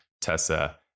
Tessa